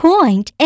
Point